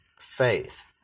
faith